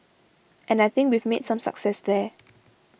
and I think we've made some success there